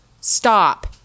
Stop